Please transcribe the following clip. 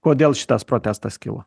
kodėl šitas protestas kilo